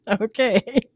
Okay